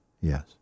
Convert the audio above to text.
Yes